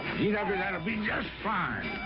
g w, that'll be just fine.